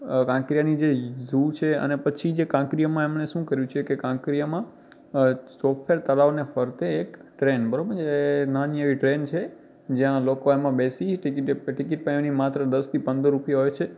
કાંકરિયાની જે ઝૂ છે અને પછી જે કાંકરિયામાં એમણે શું કર્યું છે કે કાંકરિયામાં ચોફેર તળાવને ફરતે એક ટ્રેન બરાબર છે એ નાની એવી ટ્રેન છે જ્યાં લોકો એમાં બેસી ટિકિટ ટિકિટ પણ એની માત્ર દસથી પંદર રૂપિયા હોય છે